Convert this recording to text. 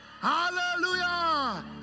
Hallelujah